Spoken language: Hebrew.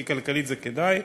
כי כלכלית זה כדאי.